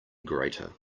greater